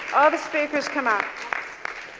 ah the speakers come up.